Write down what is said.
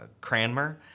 Cranmer